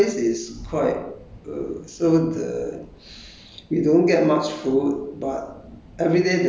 okay so I share one place first okay that that place is quite uh so the